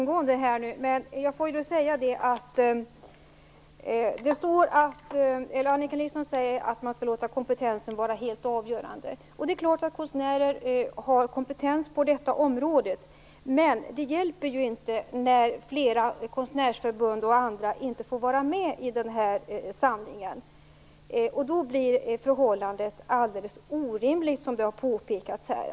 Herr talman! Frågan har belysts ganska ingående här nu. Annika Nilsson säger att man skall låta kompetensen vara det helt avgörande. Det är klart att konstnärer har kompetens på detta område, men det hjälper ju inte när flera konstnärsförbund och andra inte får vara med i den här samlingen. Då blir förhållandet alldeles orimligt, som det har påpekats här.